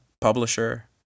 publisher